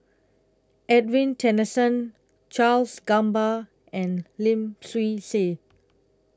Edwin Tessensohn Charles Gamba and Lim Swee Say